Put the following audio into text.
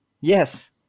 Yes